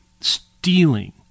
stealing